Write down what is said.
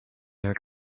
her